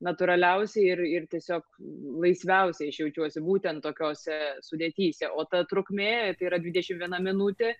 natūraliausiai ir ir tiesiog laisviausiai aš jaučiuosi būtent tokiose sudėtyse o ta trukmė tai yra dvidešim viena minutė